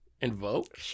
Invoke